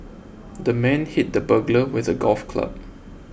the man hit the burglar with a golf club